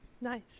Nice